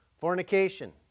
Fornication